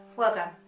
well done,